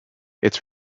its